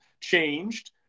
changed